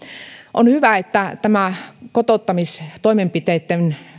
on hyvä että kotouttamistoimenpiteitten